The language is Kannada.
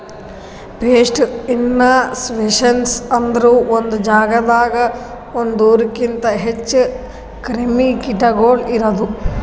ಪೆಸ್ಟ್ ಇನ್ಸಸ್ಟೇಷನ್ಸ್ ಅಂದುರ್ ಒಂದೆ ಜಾಗದಾಗ್ ಒಂದೂರುಕಿಂತ್ ಹೆಚ್ಚ ಕ್ರಿಮಿ ಕೀಟಗೊಳ್ ಇರದು